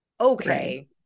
okay